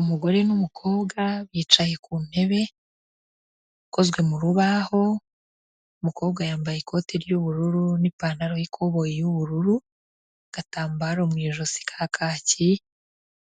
Umugore n'umukobwa bicaye ku ntebe ukozwe mu rubaho, umukobwa yambaye ikote ry'ubururu, n'ipantaro y'ikoboyi y'ubururu, agatambaro mu ijosi ka kacyi,